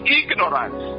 ignorance